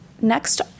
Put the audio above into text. next